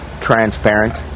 transparent